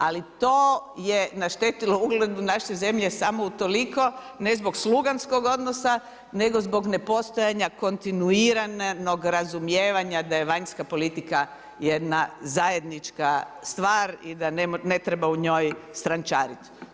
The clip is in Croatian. Ali to je naštetilo ugledu naše zemlje samo utoliko ne zbog sluganskog odnosa nego zbog nepostojanja kontinuiranog razumijevanja da je vanjska politika jedna zajednička stvar i da ne treba u njoj stranjčariti.